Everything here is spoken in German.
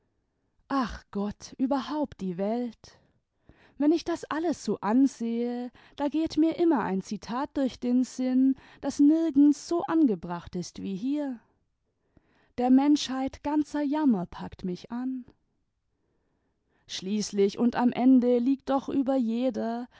ach gk tt überhaupt die welt wenn ich das alles so ansehe da geht mir immer ein zitat durch den sinn das nirgends so angebracht ist wie hier der menschheit ganzer jammer packt mich an schließlich und am ende liegt doch über jeder